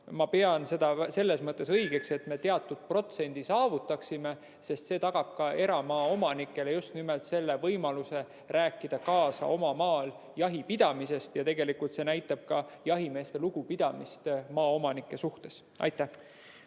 Ma pean selles mõttes õigeks, et me teatud protsendi saavutaksime, sest see tagab eramaaomanikele võimaluse rääkida kaasa oma maal jahipidamises. Ja tegelikult see näitab ka jahimeeste lugupidamist maaomanike suhtes.